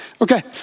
Okay